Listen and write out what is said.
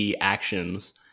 actions